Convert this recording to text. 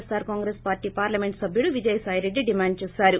ఎస్పార్ Congress party parliament సభ్యుడు విజయసాయి రెడ్డి డిమాండ్ చేశారు